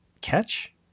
catch